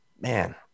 man